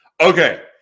Okay